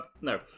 no